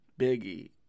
Biggie